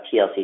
TLC